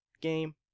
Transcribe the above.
game